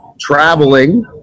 traveling